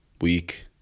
week